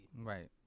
Right